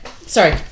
sorry